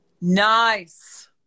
Nice